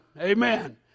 Amen